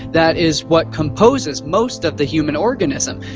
that is what composes most of the human organism,